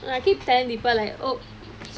no I keep telling deepa like oh